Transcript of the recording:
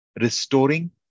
restoring